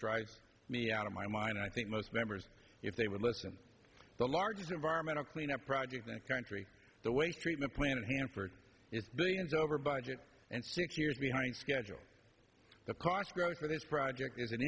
drives me out of my mind i think most members if they would listen to the largest environmental cleanup project that country the way treatment plan hanford it's billions over budget and six years behind schedule the cost growth for this project is an